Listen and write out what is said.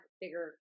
bigger